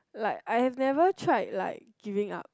like I have never tried like giving up